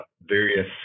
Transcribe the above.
various